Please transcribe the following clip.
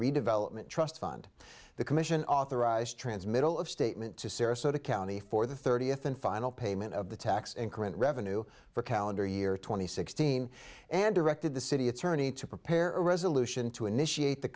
redevelopment trust fund the commission authorized transmittal of statement to sarasota county for the thirtieth and final payment of the tax and current revenue for calendar year two thousand and sixteen and directed the city attorney to prepare a resolution to initiate the